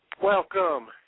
Welcome